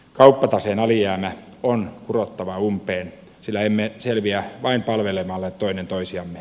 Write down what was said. kauppataseen alijäämä on kurottava umpeen sillä emme selviä vain palvelemalla toinen toisiamme